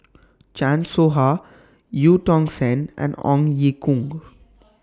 Chan Soh Ha EU Tong Sen and Ong Ye Kung